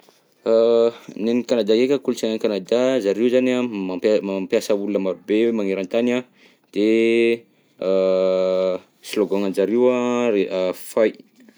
Nen'i Kanada heky an, kolontsainan'i Kanada zareo zany an, mampia- mampiasa olona marobe magnerantany an de slogan anjareo a re a feuille.